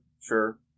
sure